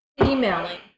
emailing